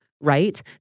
right